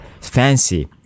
fancy